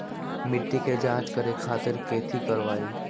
मिट्टी के जाँच करे खातिर कैथी करवाई?